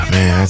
Man